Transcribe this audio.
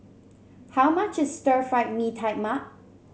how much is Stir Fried Mee Tai Mak